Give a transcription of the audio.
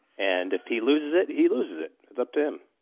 and if he loses it, he loses it. it's up to him.